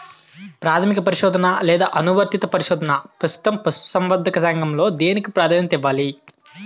ప్రాథమిక పరిశోధన లేదా అనువర్తిత పరిశోధన? ప్రస్తుతం పశుసంవర్ధక రంగంలో దేనికి ప్రాధాన్యత ఇవ్వాలి?